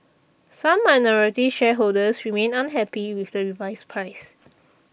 some minority shareholders remain unhappy with the revised price